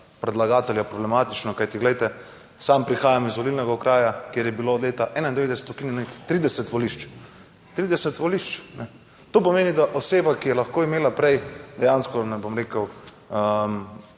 predlagatelja problematično. Kajti, glejte, sam prihajam iz volilnega okraja, kjer je bilo od leta 1991 ukinjenih 30 volišč. 30 volišč. To pomeni, da oseba, ki je lahko imela prej, dejansko, ne bom rekel,